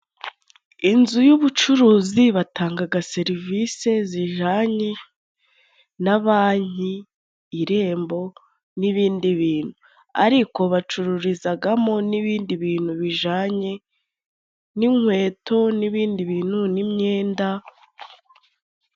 Inzu y'ubucuruzi batangaga serivise zijanye na banki, irembo n'ibindi bintu ariko bacururizagamo n'ibindi bintu bijanye n'inkweto n'ibindi bintu n'imyenda.